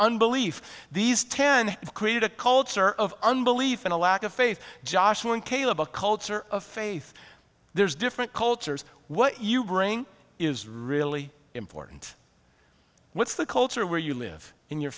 unbelief these ten created a culture of unbelief and a lack of faith joshua and caleb a culture of faith there's different cultures what you bring is really important what's the culture where you live in your